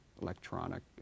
electronic